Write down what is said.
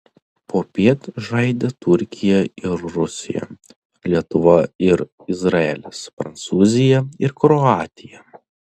popiet žaidė turkija ir rusija lietuva ir izraelis prancūzija ir kroatija